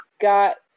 got